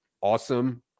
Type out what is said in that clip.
awesome